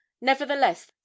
Nevertheless